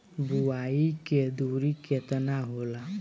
बुआई के दूरी केतना होला?